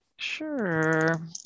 Sure